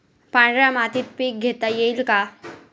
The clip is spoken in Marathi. पांढऱ्या मातीत पीक घेता येईल का?